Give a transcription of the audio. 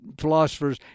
philosophers